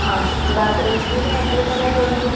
हय दा धवी दिनी यॅल्लो कलर चलता नू